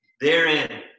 therein